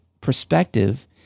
perspective